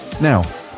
now